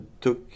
took